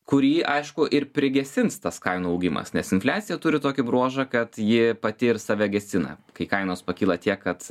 kurį aišku ir prigesins tas kainų augimas nes infliacija turi tokį bruožą kad ji pati ir save gesina kai kainos pakyla tiek kad